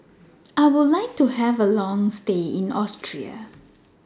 I Would like to Have A Long stay in Austria